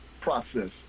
process